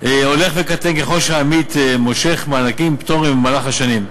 הולך וקטן ככל שהעמית מושך מענקים פטורים במהלך השנים,